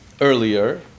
earlier